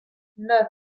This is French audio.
neuf